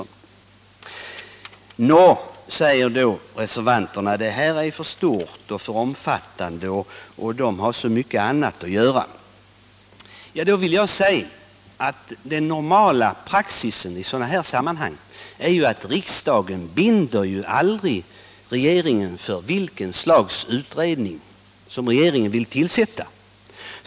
Nå, säger reservanterna, den här frågan är för stor och för omfattande — de här personerna har så mycket annat att göra. Då vill jag framhålla att normal praxis i sådana här sammanhang är att riksdagen aldrig binder regeringen då det gäller vilket slags utredning regeringen vill tillsätta.